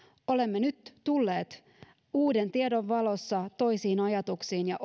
olemme nyt tulleet uuden tiedon valossa toisiin ajatuksiin ja